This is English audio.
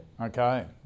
Okay